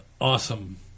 awesome